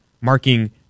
marking